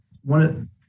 one